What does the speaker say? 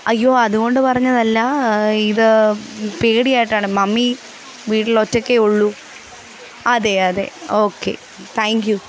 അയ്യോ അതുകൊണ്ട് പറഞ്ഞതല്ല ഇത് പേടിയായിട്ടാണ് മമ്മി വീട്ടില് ഒറ്റയ്ക്കേയുള്ളൂ അതെയതെ ഓക്കെ താങ്ക് യൂ